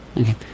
Okay